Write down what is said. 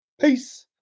Peace